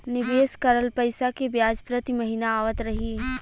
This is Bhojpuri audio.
निवेश करल पैसा के ब्याज प्रति महीना आवत रही?